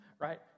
right